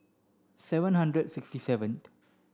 seven hundred sixty seventh